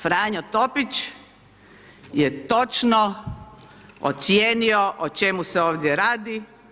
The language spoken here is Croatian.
Franjo Topić je točno ocijenio o čemu se ovdje radi.